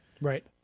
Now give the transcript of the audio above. Right